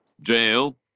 jail